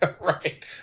Right